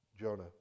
Jonah